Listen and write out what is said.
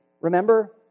remember